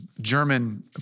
German